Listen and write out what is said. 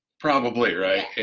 probably. right, yeah,